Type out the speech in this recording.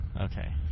Okay